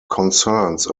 concerns